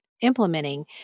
implementing